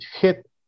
hit